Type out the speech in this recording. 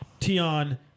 Tion